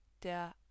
der